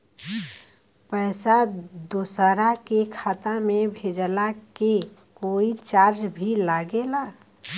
पैसा दोसरा के खाता मे भेजला के कोई चार्ज भी लागेला?